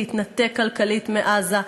להתנתק כלכלית מעזה,